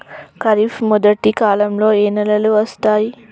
ఖరీఫ్ మొదటి కాలంలో ఏ నెలలు వస్తాయి?